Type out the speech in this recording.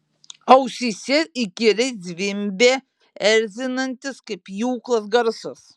ausyse įkyriai zvimbė erzinantis kaip pjūklas garsas